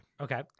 Okay